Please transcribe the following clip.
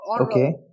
Okay